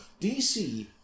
DC